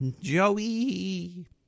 Joey